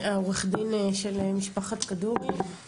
עורך הדין של משפחת כדורי.